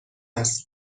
است